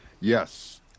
yes